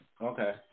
Okay